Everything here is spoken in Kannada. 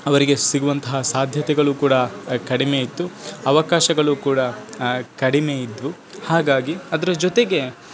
ಅವರಿಗೆ ಸಿಗುವಂತಹ ಸಾಧ್ಯತೆಗಳು ಕೂಡ ಕಡಿಮೆ ಇತ್ತು ಅವಕಾಶಗಳು ಕೂಡ ಕಡಿಮೆ ಇದ್ದವು ಹಾಗಾಗಿ ಅದ್ರ ಜೊತೆಗೆ